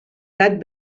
gat